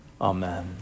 Amen